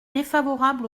défavorable